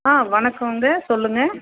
ஆ வணக்கங்க சொல்லுங்கள்